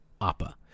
Appa